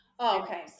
Okay